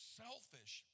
selfish